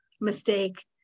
mistake